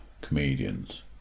comedians